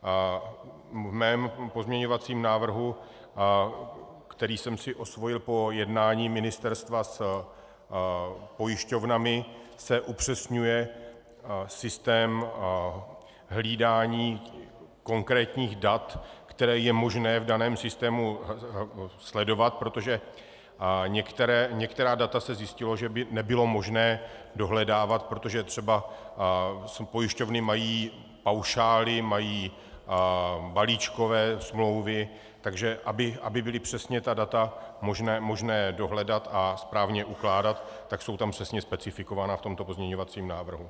V mém pozměňovacím návrhu, který jsem si osvojil po jednání ministerstva s pojišťovnami, se upřesňuje systém hlídání konkrétních dat, která je možné v daném systému sledovat, protože některá data se zjistilo, že by nebylo možné dohledávat, protože třeba pojišťovny mají paušály, mají balíčkové smlouvy, takže aby bylo možné ta data přesně dohledat a správně ukládat, tak jsou přesně specifikovaná v tomto pozměňovacím návrhu.